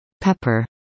Pepper